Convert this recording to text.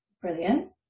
brilliant